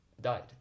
died